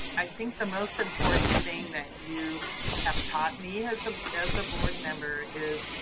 i think the most important thing that you have taught me as ah as a board member is,